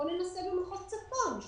ננסה במחוז צפון,